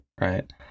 right